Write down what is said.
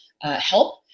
help